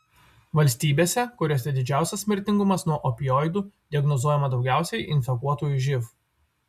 valstybėse kuriose didžiausias mirtingumas nuo opioidų diagnozuojama daugiausiai infekuotųjų živ